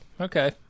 Okay